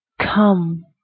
Come